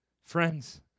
Friends